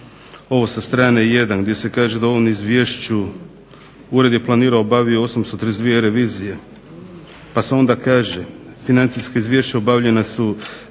ovo sa strane 1. gdje se kaže da u ovom Izvješću Ured je planirano obavio 832 revizije, pa se onda kaže "financijska izvješća obavljena su